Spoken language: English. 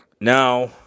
now